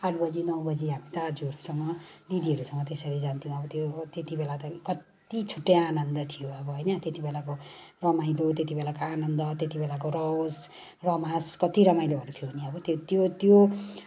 आठ बजी नौ बजी हामी त दाजुहरूसँग दिदीहरूसँग त्यसरी जान्थ्यो आउँथ्यो है त्यतिबेला त कति छुट्टै आनन्द थियो अब होइन त्यतिबेलाको रमाइलो त्यतिबेलाको आनन्द त्यतिबेलाको रउस रमास कति रमाइलोहरू थियो नि अब त्यो त्यो त्यो